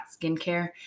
skincare